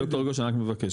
ד"ר גושן אני מבקש,